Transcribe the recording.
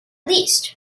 least